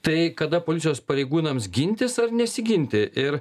tai kada policijos pareigūnams gintis ar nesiginti ir